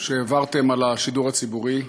שהעברתם על השידור הציבורי,